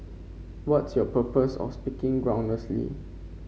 what's your purpose of speaking groundlessly